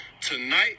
Tonight